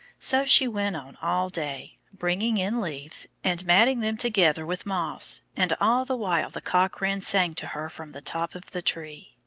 so she went on all day, bringing in leaves, and matting them together with moss, and all the while the cock-wren sang to her from the top of the tree.